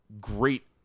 great